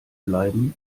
bleiben